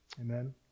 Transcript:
Amen